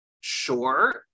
sure